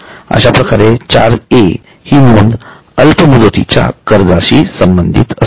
अश्याप्रकारे चार ए हि नोंद अल्प मुदतीच्या कर्जाशी संबंधित असते